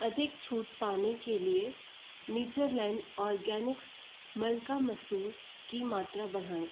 अधिक छूट पाने के लिए नेचरलैंड ऑर्गेनिक्स मलका मसूर की मात्रा बढ़ाएँ